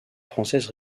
française